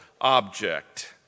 object